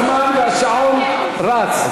הזמן והשעון רצים.